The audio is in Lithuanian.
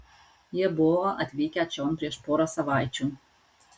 jie buvo atvykę čion prieš porą savaičių